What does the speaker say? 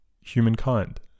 humankind